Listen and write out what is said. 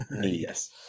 yes